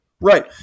Right